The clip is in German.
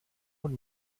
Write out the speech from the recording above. und